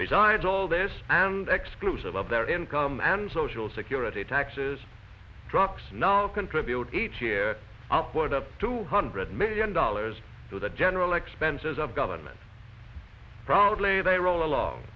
besides all this and exclusive of their income and social security taxes trucks now contribute each year i put up two hundred million dollars to the general expenses of government probably they roll a lo